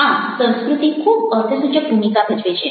આમ સંસ્કૃતિ ખૂબ અર્થસૂચક ભૂમિકા ભજવે છે